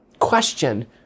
Question